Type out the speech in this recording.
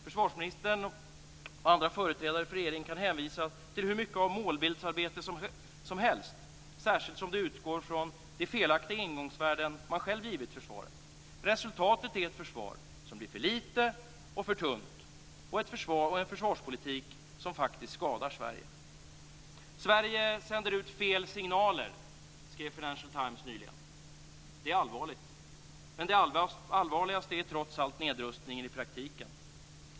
Försvarsministern och andra företrädare för regeringen kan hänvisa till hur mycket av målbildsarbete som helst, särskilt som det utgår från de felaktiga ingångsvärden man själv gett försvaret, men resultatet är ett försvar som blir för litet och för tunt och ett försvar och en försvarspolitik som faktiskt skadar Sverige sänder ut fel signaler, skrev Financial Times nyligen. Det är allvarligt. Men det allvarligaste är trots allt nedrustningen i praktiken.